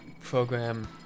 program